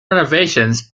renovations